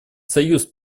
союз